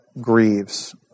grieves